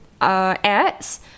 ads